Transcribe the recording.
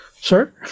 sir